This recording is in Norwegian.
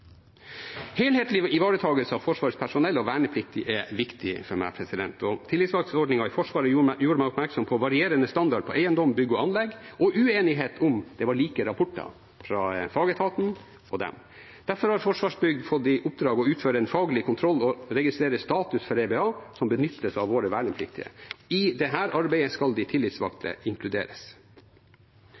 Helhetlig ivaretakelse av Forsvarets personell og vernepliktige er viktig for meg, og tillitsvalgtordningen i Forsvaret gjorde meg oppmerksom på varierende standard på eiendom, bygg og anlegg, og uenighet om det var like rapporter fra fagetaten om det. Derfor har Forsvarsbygg fått i oppdrag å utføre en faglig kontroll og registrere status for EBA, som benyttes av våre vernepliktige. I dette arbeidet skal de tillitsvalgte inkluderes.